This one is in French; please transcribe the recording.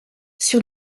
sur